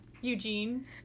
Eugene